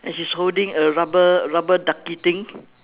and she's holding a rubber rubber ducky thing